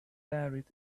buried